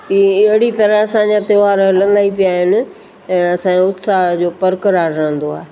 ई अहिड़ी तरह असांजा त्योहार हलंदा ई पिया आहिनि ऐं असां उत्साह जो बरकरार रहंदो आहे